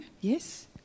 Yes